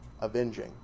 avenging